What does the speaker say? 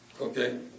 okay